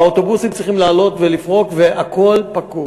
והאוטובוסים צריכים לעלות ולפרוק והכול פקוק.